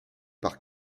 par